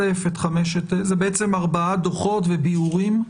אלה בעצם ארבעה דוחות ודיורים.